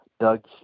Doug